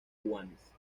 juanes